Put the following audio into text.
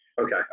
okay